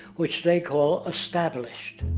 which they call established.